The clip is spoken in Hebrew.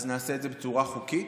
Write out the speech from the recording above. אז נעשה את זה בצורה חוקית.